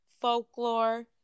Folklore